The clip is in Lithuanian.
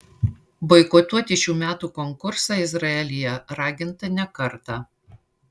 boikotuoti šių metų konkursą izraelyje raginta ne kartą